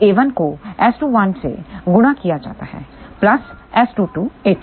तो a1 को S21से गुणा किया जाता है प्लस S22a2